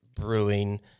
brewing